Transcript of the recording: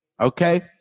Okay